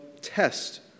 test